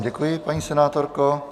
Děkuji vám, paní senátorko.